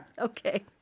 Okay